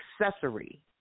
accessory